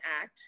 act